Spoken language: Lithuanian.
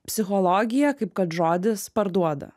psichologija kaip kad žodis parduoda